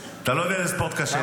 אתה לא יודע איזה ספורט קשה זה.